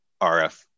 RF